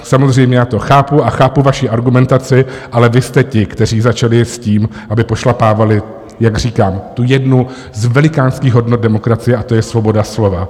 Samozřejmě já to chápu a chápu vaši argumentaci, ale vy jste ti, kteří začali s tím, aby pošlapávali, jak říkám, tu jednu z velikánských hodnot demokracie a to je svoboda slova.